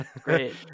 Great